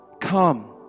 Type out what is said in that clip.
come